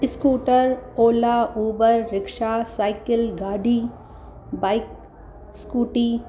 scooter Ola Uber rickshaw cycle गाॾी bike scooty